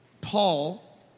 Paul